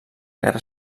guerra